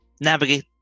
navigate